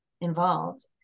involved